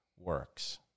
works